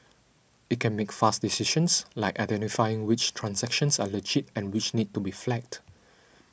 it can make fast decisions like identifying which transactions are legit and which need to be flagged